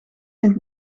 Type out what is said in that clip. het